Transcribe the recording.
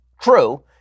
true